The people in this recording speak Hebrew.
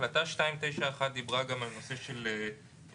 החלטה 291 דיברה גם על נושא של תוכנית